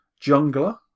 Jungler